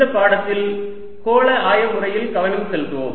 இந்த பாடத்தில் கோள ஆய முறையில் கவனம் செலுத்துவோம்